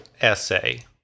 essay